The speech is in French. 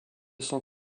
son